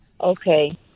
Okay